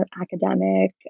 academic